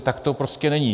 Tak to prostě není.